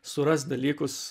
surast dalykus